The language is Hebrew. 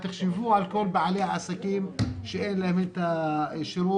תחשבו על כל בעלי העסקים שאין להם את השירות,